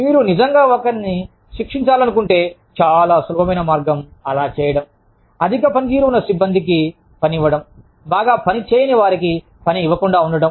మీరు నిజంగా ఒకరిని శిక్షించాలనుకుంటే చాలా సులభమైన మార్గం అలా చేయడం అధిక పనితీరు ఉన్న సిబ్బందికి ఇవ్వడం బాగా పని చేయని వారికి పని ఇవ్వకుండా ఉండటం